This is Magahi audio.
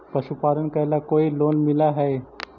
पशुपालन करेला कोई लोन मिल हइ?